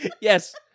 Yes